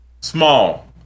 Small